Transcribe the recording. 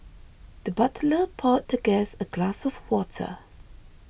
the butler poured the guest a glass of water